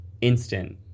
instant